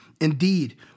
Indeed